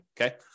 Okay